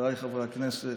חבריי חברי הכנסת,